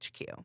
HQ